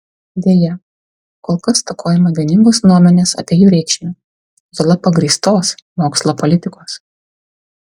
deja kol kas stokojama vieningos nuomonės apie jų reikšmę juolab pagrįstos mokslo politikos